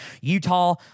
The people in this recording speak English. utah